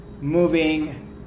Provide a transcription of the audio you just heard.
moving